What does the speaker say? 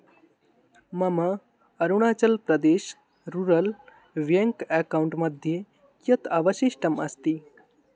मम Arunachal Pradesh rural bank account मध्ये कियत् अवशिष्टम् अस्ति